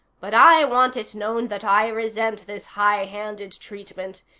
but i want it known that i resent this highhanded treatment,